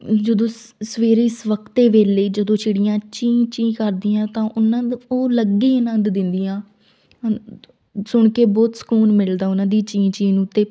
ਜਦੋਂ ਸ ਸਵੇਰੇ ਸਵਖਤੇ ਵੇਲੇ ਜਦੋਂ ਚਿੜੀਆਂ ਚੀਂ ਚੀਂ ਕਰਦੀਆਂ ਤਾਂ ਉਹਨਾਂ ਦੇ ਉਹ ਅਲੱਗ ਹੀ ਆਨੰਦ ਦਿੰਦੀਆਂ ਹਨ ਸੁਣ ਕੇ ਬਹੁਤ ਸਕੂਨ ਮਿਲਦਾ ਉਹਨਾਂ ਦੀ ਚੀਂ ਚੀਂ ਨੂੰ ਅਤੇ